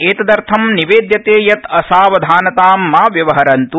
एतदर्थ निवेदयते यत् असावधानतां मा व्यवहरन्त्